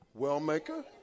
Wellmaker